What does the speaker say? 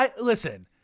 listen-